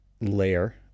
layer